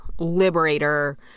liberator